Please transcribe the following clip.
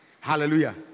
Hallelujah